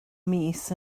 mis